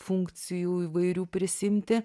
funkcijų įvairių prisiimti